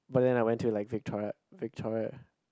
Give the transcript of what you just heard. but then when I went to like Victoria Victoria